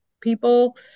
people